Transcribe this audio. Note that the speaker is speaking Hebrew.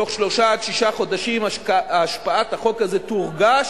תוך שלושה עד שישה חודשים השפעת החוק הזה תורגש,